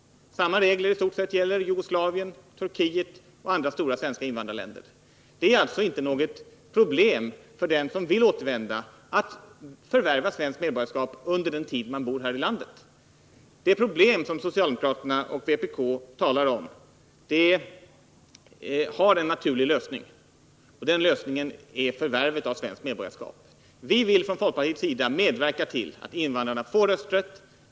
I stort sett gäller samma regler i Jugoslavien och Turkiet, liksom i andra stora svenska invandrarländer. Det är alltså inte något problem för dem som vill återvända att förvärva svenskt medborgarskap under den tid man bor här i landet. Det problem som socialdemokraterna och vpk talar om har en naturlig lösning, nämligen förvärv av svenskt medborgarskap. Vi från folkpartiet vill medverka till att invandrarna får rösträtt.